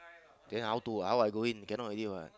then how to how I go in cannot already what